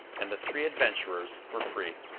and the three adventurers were free.